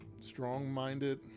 strong-minded